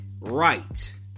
right